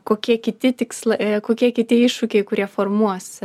kokie kiti tiksl kokie kiti iššūkiai kurie formuos